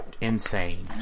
insane